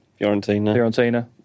Fiorentina